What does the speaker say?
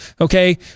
okay